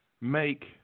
make